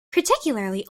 particularly